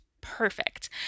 perfect